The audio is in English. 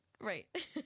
Right